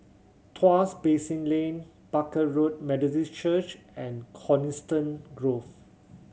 Tuas Basin Lane Barker Road Methodist Church and Coniston Grove